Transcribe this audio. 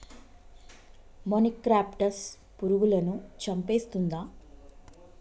మొనిక్రప్టస్ పురుగులను చంపేస్తుందా?